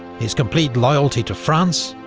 his complete loyalty to france,